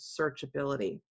searchability